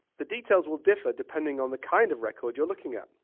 the details will differ depending on the kind of record you're looking at.